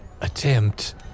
attempt